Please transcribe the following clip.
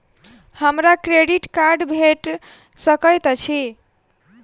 हमरा credit card भेट सकैत अछि?